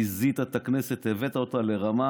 ביזית את הכנסת, הבאת אותה לרמה